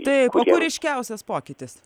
taip o kur ryškiausias pokytis